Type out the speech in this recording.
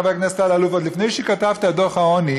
חבר הכנסת אלאלוף: עוד לפני שכתבת את דוח העוני,